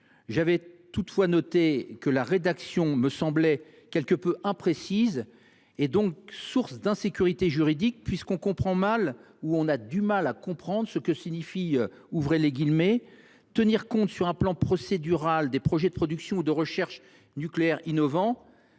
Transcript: J’avais toutefois noté que la rédaction me semblait quelque peu imprécise et donc source d’insécurité juridique, puisqu’on a du mal à comprendre ce que signifie « tenir compte, sur un plan procédural, des projets de production ou de recherche nucléaires innovants